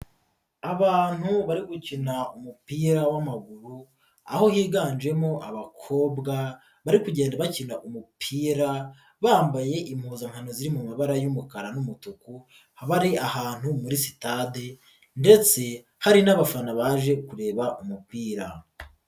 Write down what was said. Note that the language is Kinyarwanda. Abantu bari gukina umupira w'amaguru aho higanjemo abakobwa bari kugenda bakina umupira bambaye impuzankano ziri mu mabara y'umukara n'umutuku akaba ari ahantu muri sitade ndetse hari n'abafana baje kureba umupira.